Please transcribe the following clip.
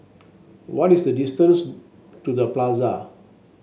what is the distance to The Plaza